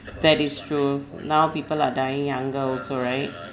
that is true now people are dying younger also right